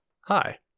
Hi